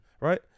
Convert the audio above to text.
right